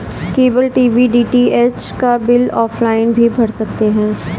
cable TV DTH का bill offline भी भर सकते हैं